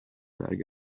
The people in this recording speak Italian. larga